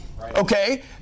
Okay